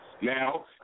Now